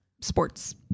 sports